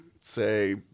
say